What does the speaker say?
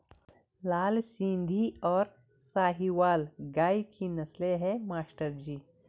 लाल सिंधी और साहिवाल गाय की नस्लें हैं मास्टर जी